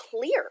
clear